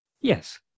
Yes